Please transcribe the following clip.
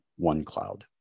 OneCloud